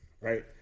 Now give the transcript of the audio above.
right